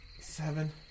Seven